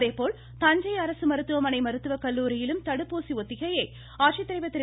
அதேபோல் தஞ்சை அரசு மருத்துவமனை மருத்துவக்கல்லூரியிலும் தடுப்பூசி ஒத்திகையை ஆட்சித்தலைவர் திரு